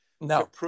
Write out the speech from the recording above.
No